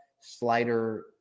slider –